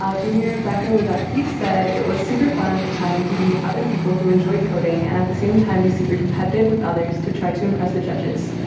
ah junior rebecca laducky said it was super fun time to meet other people who enjoyed coding and at the same time be super competitive with others to try to impress the judges.